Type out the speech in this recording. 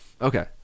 Okay